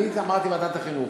אני אמרתי: ועדת החינוך,